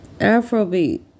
Afrobeat